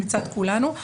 מצד כולנו.